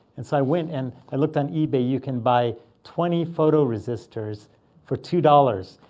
and so i went, and i looked on ebay. you can buy twenty photo resistors for two dollars,